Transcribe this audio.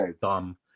dumb